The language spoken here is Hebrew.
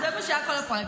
זה מה שהיה כל הפגרה,